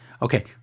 Okay